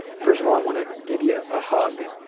first of all, i wanna give you a hug